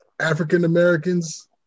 African-Americans